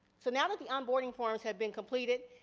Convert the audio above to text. so now the on-boarding forms have been completed,